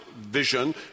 vision